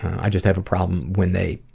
i just have a problem when they